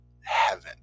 heaven